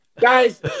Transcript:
guys